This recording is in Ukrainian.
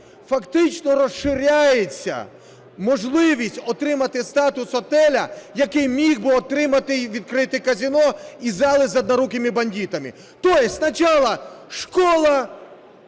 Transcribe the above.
фактично розширяється можливість отримати статус готелю, який міг би отримати і відкрити казино і зали з "однорукими бандитами". То есть сначала школа